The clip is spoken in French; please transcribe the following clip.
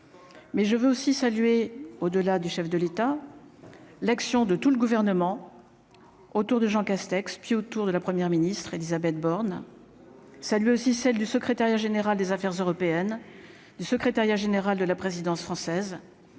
mais je veux aussi saluer au au-delà du chef de l'État, l'action de tout le gouvernement. Autour de Jean Castex, puis autour de la Première ministre Élisabeth Borne ça lui aussi celle du secrétariat général des affaires européennes du secrétariat général de la présidence française,